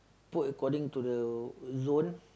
put according to the zone